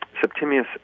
Septimius